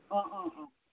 অঁ অঁ অঁ